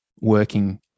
working